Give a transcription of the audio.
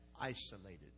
isolated